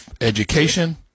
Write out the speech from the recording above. education